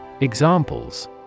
Examples